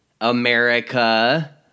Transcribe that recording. America